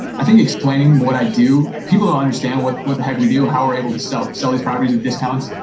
i think explaining what i do. people don't understand what what the heck we do, how we're able to sell sell these properties at discounts,